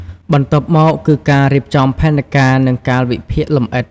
បន្ទាប់មក គឺការរៀបចំផែនការ និងកាលវិភាគលម្អិត។